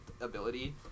ability